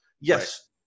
yes